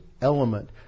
element